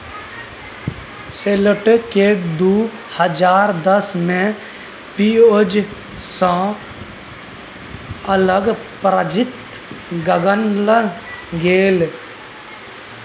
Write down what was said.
सैलोट केँ दु हजार दस मे पिओज सँ अलग प्रजाति गानल गेलै